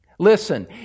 Listen